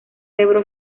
ebro